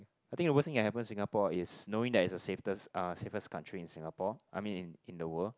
I think the worst thing that happen to Singapore is knowing that it's the safest uh safest country in Singapore I mean in in the world